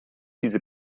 diese